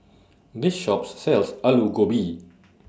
This Shop sells Alu Gobi